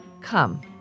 Come